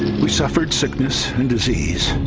we suffered sickness and disease